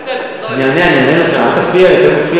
בסדר, אני אענה, אני אענה לך, אל תפריע לי.